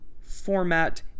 format